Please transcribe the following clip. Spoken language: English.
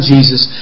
Jesus